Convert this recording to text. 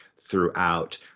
throughout